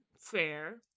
fair